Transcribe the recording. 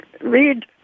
read